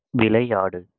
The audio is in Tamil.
விளையாடு